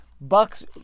Bucks